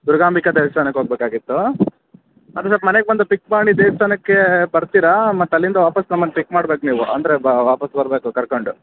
ದುರ್ಗಾಂಬಿಕಾ ದೇವಸ್ಥಾನಕ್ಕೆ ಹೋಗಬೇಕಾಗಿತ್ತು ಅದು ಇವತ್ತು ಮನೆಗೆ ಬಂದು ಪಿಕ್ ಮಾಡಿ ದೇವಸ್ಥಾನಕ್ಕೆ ಬರ್ತೀರಾ ಮತ್ತಲ್ಲಿಂದ ವಾಪಸು ನಮ್ಮನ್ನು ಪಿಕ್ ಮಾಡಬೇಕು ನೀವು ಅಂದರೆ ವಾಪಸ್ ಬರಬೇಕು ಕರ್ಕೊಂಡು